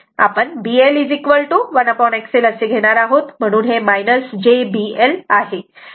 आपण B L 1XL असे घेणार आहोत म्हणून हे j B L आहे